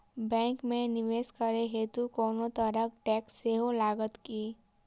Bank मे निवेश करै हेतु कोनो तरहक टैक्स सेहो लागत की?